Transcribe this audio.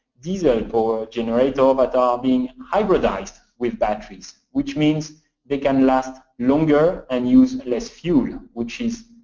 diesel power generator that are being hybridized with batteries, which means they can last longer, and use less fuel, which is,